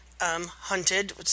hunted